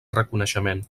reconeixement